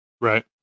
Right